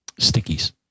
Stickies